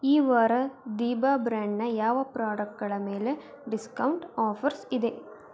ಈ ವಾರ ದಿಭಾ ಬ್ರ್ಯಾಂಡ್ನ ಯಾವ ಪ್ರಾಡಕ್ಟ್ಗಳ ಮೇಲೆ ಡಿಸ್ಕೌಂಟ್ ಆಫರ್ಸ್ ಇದೆ